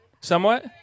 Somewhat